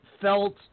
felt